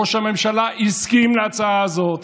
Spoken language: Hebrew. ראש הממשלה הסכים להצעה הזאת,